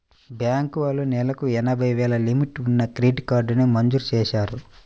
bank వాళ్ళు నెలకు ఎనభై వేలు లిమిట్ ఉన్న క్రెడిట్ కార్డుని మంజూరు చేశారు